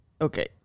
okay